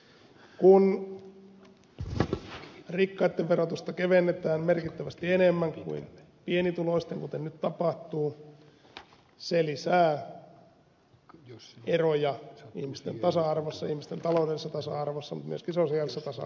kun rikkaitten verotusta kevennetään merkittävästi enemmän kuin pienituloisten kuten nyt tapahtuu se lisää eroja ihmisten taloudellisessa tasa arvossa mutta myöskin sosiaalisessa tasa arvossa